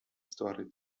story